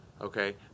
okay